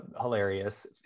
hilarious